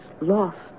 lost